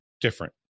different